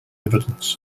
evidence